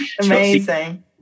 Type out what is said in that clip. amazing